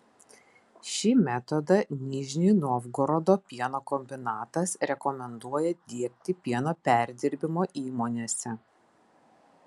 šį metodą nižnij novgorodo pieno kombinatas rekomenduoja diegti pieno perdirbimo įmonėse